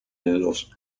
los